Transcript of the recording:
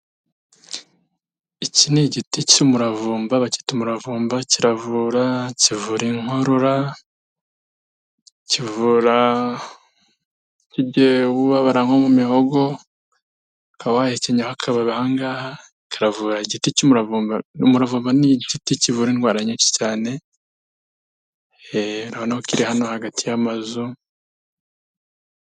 Iki ni igiti cy'umuravumba bakita umuraravumba kiravura, kivura inkorora, kivu ububabara nko mu mihogo, ukaba wahekenyaho akababi ahangaha kiravura igiti cy'umuravu, umuravuma ni igiti kivura indwara nyinshi cyane urabona ko kiri hano hagati y'amazu.